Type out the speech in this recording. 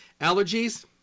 Allergies